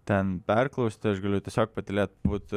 ten perklausti aš galiu tiesiog patylėt būt